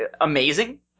amazing